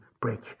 break